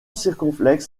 circonflexe